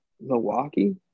Milwaukee